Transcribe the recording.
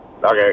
Okay